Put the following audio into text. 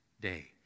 day